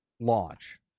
launch